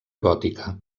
gòtica